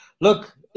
look